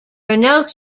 renault